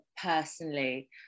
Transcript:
personally